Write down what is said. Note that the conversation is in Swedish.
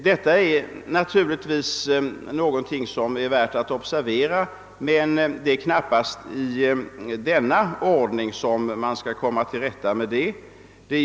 Detta är naturligtvis någonting som är värt att observera, men det är knappast i denna ordning som man skall komma till rätta med det.